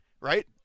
right